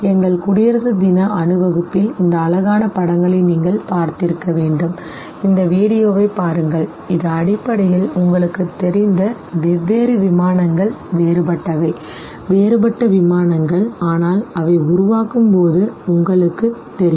எங்கள் குடியரசு தின அணிவகுப்பில் இந்த அழகான படங்களை நீங்கள் பார்த்திருக்க வேண்டும் இந்த வீடியோவைப் பாருங்கள் இது அடிப்படையில் உங்களுக்குத் தெரிந்த வெவ்வேறு விமானங்கள் வேறுபட்டவை வேறுபட்ட விமானங்கள் ஆனால் அவை உருவாகும்போது உங்களுக்குத் தெரியும்